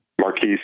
Marquise